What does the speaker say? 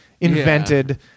invented